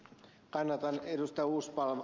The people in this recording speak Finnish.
kannatan ed